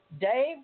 Dave